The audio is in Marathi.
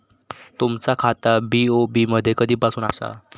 तुमचा खाता बी.ओ.बी मध्ये कधीपासून आसा?